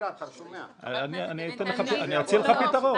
אני אציע לך פתרון.